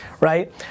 right